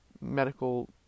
medical